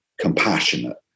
compassionate